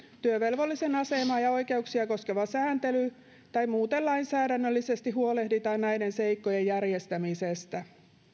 työvelvollisen asemaa ja oikeuksia koskeva sääntely tai muuten lainsäädännöllisesti huolehditaan näiden seikkojen järjestämisestä